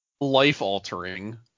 Life-altering